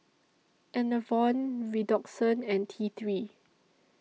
Enervon Redoxon and T three